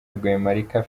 rwemarika